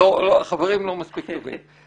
חברים לא מספיק טובים.